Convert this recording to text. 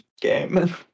game